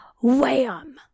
wham